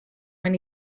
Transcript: when